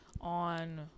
on